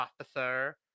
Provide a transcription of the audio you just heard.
officer